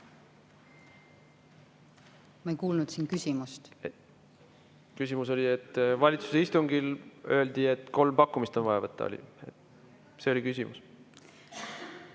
Ma ei kuulnud siin küsimust. Küsimus oli, et valitsuse istungil öeldi, et kolm pakkumist on vaja võtta. See oli küsimus.